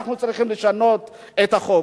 אנחנו צריכים לשנות את החוק.